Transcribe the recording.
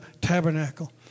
tabernacle